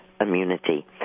immunity